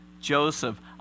Joseph